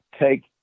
take